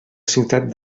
ciutat